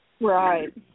Right